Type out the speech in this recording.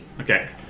Okay